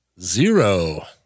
zero